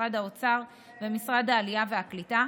משרד האוצר ומשרד העלייה והקליטה,